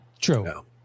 True